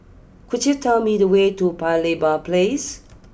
could you tell me the way to Paya Lebar place